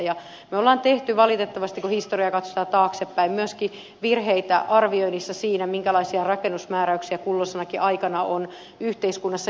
me olemme tehneet valitettavasti kun historiaa katsotaan taaksepäin myöskin virheitä sen arvioinnissa minkälaisia rakennusmääräyksiä kulloisenakin aikana on yhteiskunnassa jalkautettu